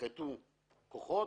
ינחתו כוחות,